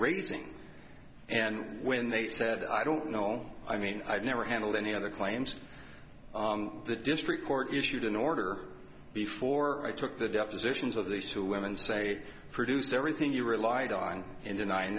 raising and when they said i don't know i mean i've never handled any other claims the district court issued an order before i took the depositions of these two women say produce everything you relied on in the